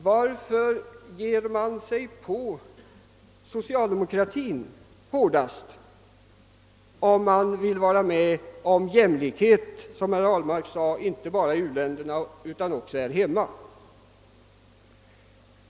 Varför kritiserar man socialdemokratin hårdast om man, som herr Ahlmark sade, vill ha jämlikhet inte bara i uländerna utan också här hemma?